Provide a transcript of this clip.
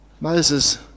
Moses